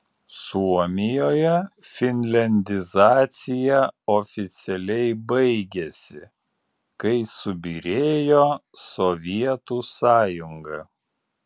suomijoje finliandizacija oficialiai baigėsi kai subyrėjo sovietų sąjunga